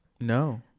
No